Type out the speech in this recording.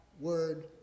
word